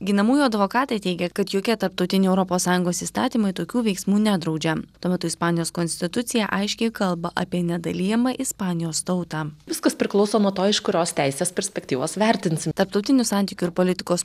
ginamųjų advokatai teigia kad jokie tarptautiniai europos sąjungos įstatymai tokių veiksmų nedraudžia tuo metu ispanijos konstitucija aiškiai kalba apie nedalijamą ispanijos tautą viskas priklauso nuo to iš kurios teisės perspektyvos vertinsim tarptautinių santykių ir politikos